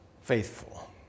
faithful